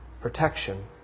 protection